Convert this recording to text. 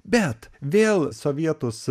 bet vėl sovietus